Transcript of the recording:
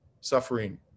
suffering